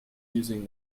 using